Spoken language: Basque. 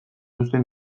uzten